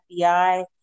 FBI